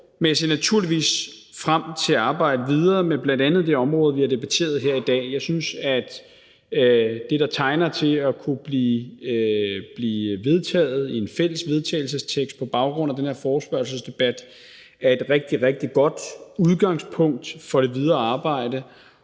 Men jeg ser naturligvis frem til at arbejde videre med bl.a. det område, vi har debatteret her i dag. Jeg synes, at det, der tegner til at kunne blive vedtaget i en fælles vedtagelsestekst på baggrund af den her forespørgselsdebat, er et rigtig, rigtig godt udgangspunkt for det videre arbejde.